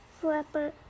flapper